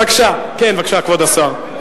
בבקשה, כבוד השר.